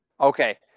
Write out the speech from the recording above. Okay